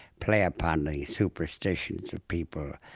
play upon the superstitions of people,